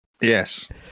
Yes